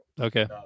Okay